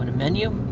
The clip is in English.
menu.